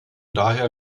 daher